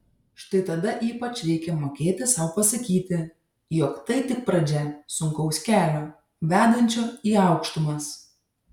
štai tada ypač reikia mokėti sau pasakyti jog tai tik pradžia sunkaus kelio vedančio į aukštumas